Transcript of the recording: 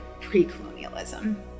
pre-colonialism